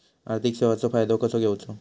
आर्थिक सेवाचो फायदो कसो घेवचो?